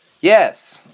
Yes